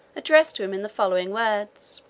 addressed to him in the following words